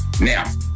Now